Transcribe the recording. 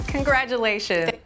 Congratulations